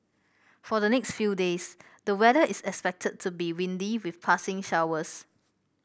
for the next few days the weather is expected to be windy with passing showers